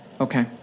okay